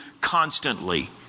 constantly